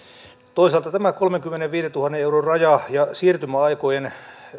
toisaalta tämä kolmenkymmenenviidentuhannen euron raja ja siirtymäaikojen